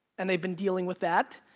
and they've been dealing with that.